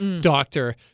doctor